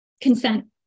consent